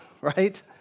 right